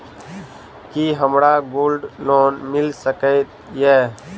की हमरा gold loan मिल सकैत ये?